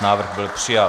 Návrh byl přijat.